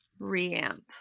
reamp